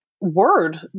word